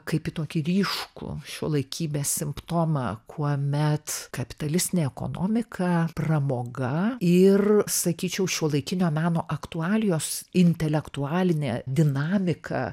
kaip į tokį ryškų šiuolaikybės simptomą kuomet kapitalistinė ekonomika pramoga ir sakyčiau šiuolaikinio meno aktualijos intelektualinė dinamika